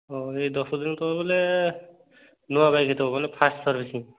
ହଁ ଏଇ ଦଶ ଦିନ ତଳେ ବୋଲେ ନୂଆ ବାଇକ୍ ହେଇଥିବ ବୋଲେ ଫାଷ୍ଟ୍ ସର୍ଭିସିଙ୍ଗ୍